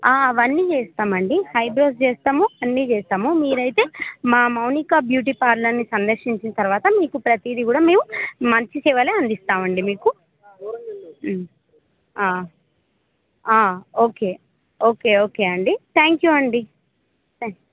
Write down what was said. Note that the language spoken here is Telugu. అవన్నీ చేస్తామండి ఐబ్రోస్ చేస్తాము అన్నీ చేస్తాము మీరు అయితే మా మౌనిక బ్యూటీ పార్లర్ని సందర్శించిన తర్వాత మీకు ప్రతీది కూడా మేము మంచి సేవలే అందిస్తామండి మీకు ఓకే ఓకే ఓకే అండి థ్యాంక్ యూ అండి